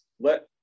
let